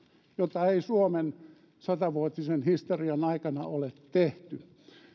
jota ei suomen satavuotisen historian aikana ole tehty